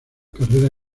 carrera